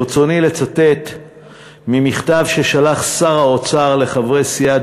ברצוני לצטט ממכתב ששלח שר האוצר לחברי סיעת